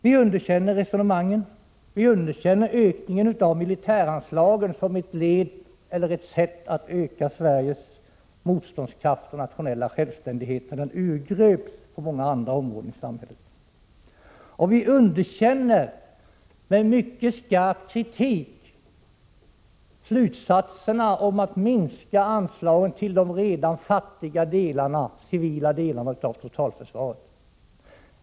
Vi underkänner resonemangen, vi underkänner den föreslagna ökningen av militäranslagen som ett sätt att öka Sveriges motståndskraft och nationella självständighet, när den urgröps på många andra områden av samhället. Likaså underkänner vi, med mycket skarp kritik, slutsatserna att man skall minska anslagen till de redan fattiga civila delarna av totalförsvaret.